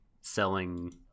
selling